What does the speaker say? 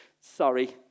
Sorry